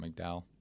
McDowell